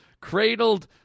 cradled